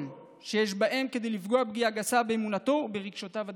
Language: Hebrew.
שיש בהם כדי לפגוע פגיעה גסה באמונתו או ברגשותיו הדתיים".